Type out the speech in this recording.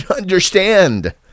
understand